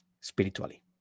spiritually